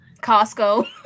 Costco